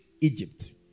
Egypt